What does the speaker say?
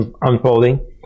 unfolding